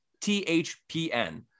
THPN